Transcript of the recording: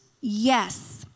Yes